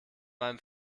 meinem